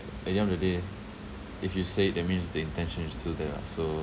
at the end of the day if you say it that means the intention is still there lah so